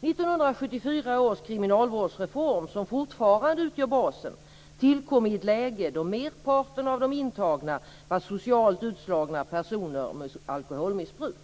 1974 års kriminalvårdsreform, som fortfarande utgör basen, tillkom i ett läge då merparten av de intagna var socialt utslagna personer med alkoholmissbruk.